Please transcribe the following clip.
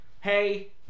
hey